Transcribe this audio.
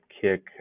kick